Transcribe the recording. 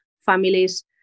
families